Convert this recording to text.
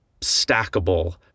stackable